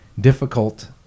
difficult